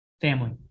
Family